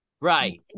right